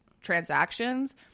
transactions